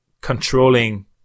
controlling